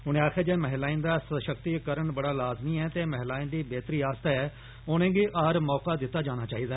उनें आखेया जे महिलाएं दा सशक्तिकरण बड़ा लाजमीं ऐ ते महिलाएं दी बेहतरी आस्तै उनेंगी हर मौका दित्ता जाना लोढ़चदा